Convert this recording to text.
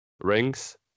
rings